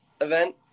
event